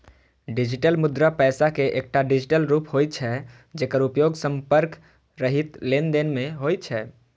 digital मुद्रा पैसा के एकटा डिजिटल रूप होइ छै, जेकर उपयोग संपर्क रहित लेनदेन मे होइ छै